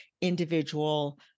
individual